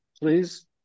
please